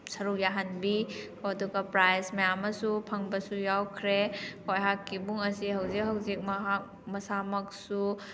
ꯁꯔꯨꯛ ꯌꯥꯍꯟꯕꯤ ꯑꯗꯨꯒ ꯄ꯭ꯔꯥꯏꯁ ꯃꯌꯥꯝ ꯑꯃꯁꯨ ꯐꯪꯕꯁꯨ ꯌꯥꯎꯈ꯭ꯔꯦ ꯑꯩꯍꯥꯛꯀꯤ ꯏꯕꯨꯡ ꯑꯁꯤ ꯍꯧꯖꯤꯛ ꯍꯧꯖꯤꯛ ꯃꯍꯥꯛ ꯃꯁꯥꯃꯛꯁꯨ